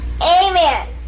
Amen